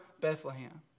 Bethlehem